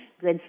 good